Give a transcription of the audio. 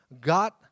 God